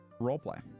roleplay